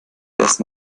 erst